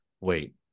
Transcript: wait